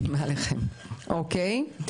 אוקי.